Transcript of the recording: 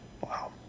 Wow